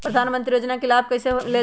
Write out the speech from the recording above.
प्रधानमंत्री योजना कि लाभ कइसे लेलजाला?